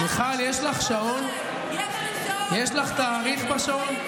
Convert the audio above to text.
יש לך תאריך בשעון?